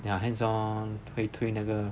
ya hands on 会推那个